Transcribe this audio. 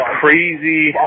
crazy